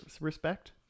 respect